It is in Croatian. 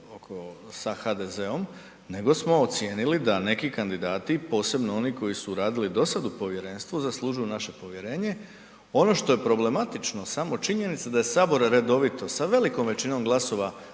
sa HDZ-om nego smo ocijenili da neki kandidati, posebno oni koji su radili do sad u povjerenstvu, zaslužuju naše povjerenje. Ono što je problematično, samo činjenica da je Sabor redovito, sa velikom većinom glasova